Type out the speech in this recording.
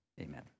Amen